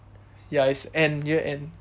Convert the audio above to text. ya it's end year end